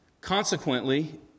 Consequently